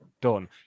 done